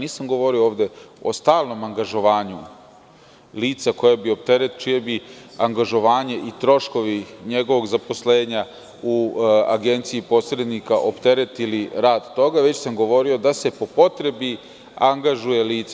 Nisam govorio ovde o stalnom angažovanju lica čije bi angažovanje i troškovi njegovog zaposlenja u agenciji posrednika opteretili rad toga, već sam govorio o tome da se po potrebi angažuje lice.